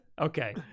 Okay